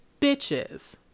bitches